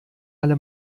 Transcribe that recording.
alle